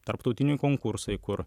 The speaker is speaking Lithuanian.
tarptautiniai konkursai kur